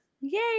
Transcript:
Yay